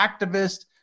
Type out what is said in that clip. activist